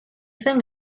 zen